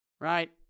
right